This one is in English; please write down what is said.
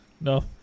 No